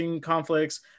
conflicts